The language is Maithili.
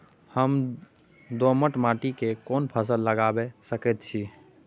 हम दोमट माटी में कोन फसल लगाबै सकेत छी?